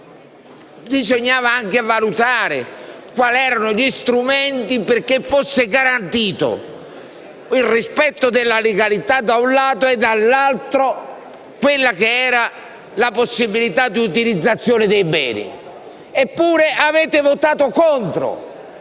Bisognava anche valutare quali erano gli strumenti perché fosse garantito il rispetto della legalità, da un lato, e la possibilità di utilizzazione dei beni, dall'altro. Eppure avete votato contro